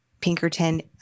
Pinkerton